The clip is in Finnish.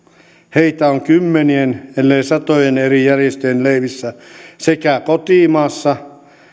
heitä on kymmenien ellei satojen eri järjestöjen leivissä sekä kotimaassa